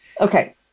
Okay